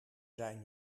zijn